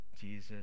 Jesus